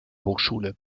hochschule